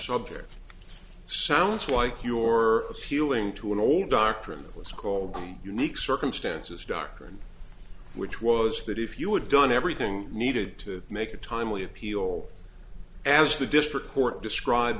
subject sounds like your feeling to an old doctrine that was called unique circumstances doctrine which was that if you would done everything needed to make a timely appeal as the district court described